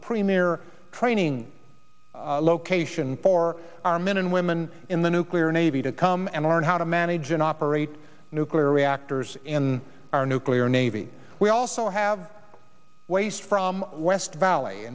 premier training location for our men and women in the nuclear navy to come and learn how to manage and operate nuclear reactors in our nuclear navy we also have waste from west valley